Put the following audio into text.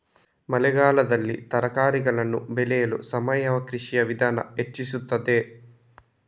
ಮಳೆಗಾಲದಲ್ಲಿ ತರಕಾರಿಗಳನ್ನು ಬೆಳೆಯಲು ಸಾವಯವ ಕೃಷಿಯ ವಿಧಾನ ಹೆಚ್ಚಿಸುತ್ತದೆ?